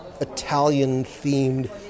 Italian-themed